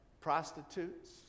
prostitutes